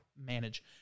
manage